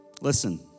Listen